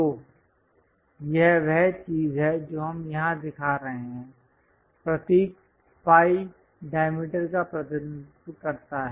तो यह वह चीज है जो हम यहां दिखा रहे हैं प्रतीक फाई डायमीटर का प्रतिनिधित्व करता है